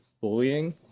bullying